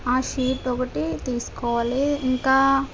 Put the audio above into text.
అ sheet ఒకటి తీసుకోవాలి ఇంకా